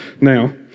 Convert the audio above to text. now